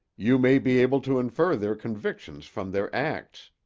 you may be able to infer their convictions from their acts.